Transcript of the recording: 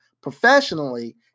professionally